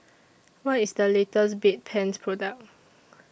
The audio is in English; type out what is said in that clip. What IS The latest Bedpans Product